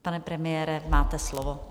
Pane premiére, máte slovo.